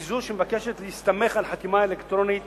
היא זו שמבקשת להסתמך על חתימה אלקטרונית